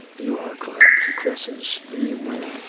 you are correct. chris is the winner.